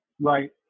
right